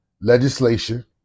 legislation